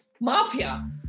mafia